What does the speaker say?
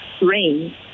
rain